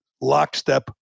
lockstep